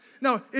no